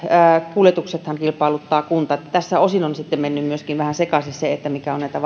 kuljetuksethan kilpailuttaa kunta niin että tässä osin on sitten mennyt vähän sekaisin myöskin se mitkä ovat näitä